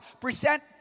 present